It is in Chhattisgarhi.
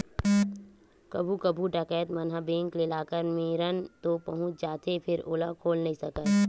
कभू कभू डकैत मन ह बेंक के लाकर मेरन तो पहुंच जाथे फेर ओला खोल नइ सकय